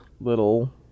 little